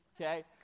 okay